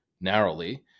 narrowly